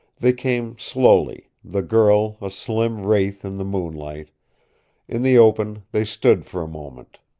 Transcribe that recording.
they came slowly, the girl a slim wraith in the moon-light in the open they stood for a moment,